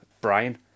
Brian